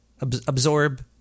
absorb